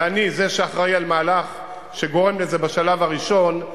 ואני זה שאחראי למהלך שגורם לזה בשלב הראשון,